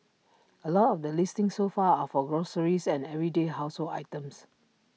A lot of the listings so far are for groceries and everyday household items